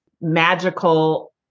magical